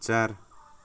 चार